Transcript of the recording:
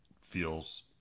feels